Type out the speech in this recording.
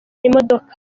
imodoka